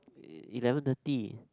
eleven thirty